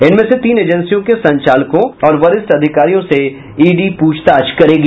इनमें से तीन एजेंसियों के संचालकों और वरिष्ठ अधिकारियों से ईडी प्रछताछ करेगी